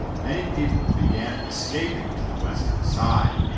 many people began escaping to the western side.